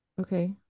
okay